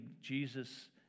Jesus